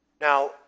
Now